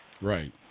Right